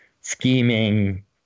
scheming